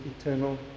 eternal